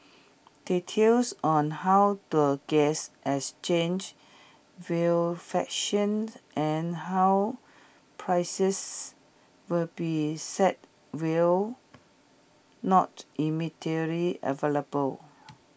details on how the gas exchange will functioned and how prices will be set will not immediately available